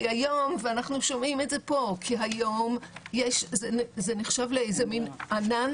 היום ואנחנו שומעים את זה פה זה נחשב למין ענן